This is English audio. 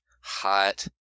hot